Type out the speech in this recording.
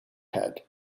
head